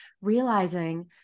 realizing